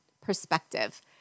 perspective